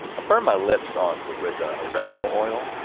burned my lips um with with ah oregano oil.